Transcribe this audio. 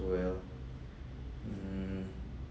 well mm